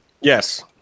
Yes